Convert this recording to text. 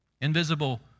invisible